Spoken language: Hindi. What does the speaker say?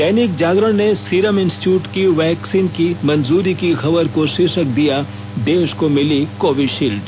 दैनिक जागरण ने सीरम इंस्टीट्यूट की वैक्सीन की मंजूरी की खबर को शीर्षक दिया देश को मिली कोविशील्ड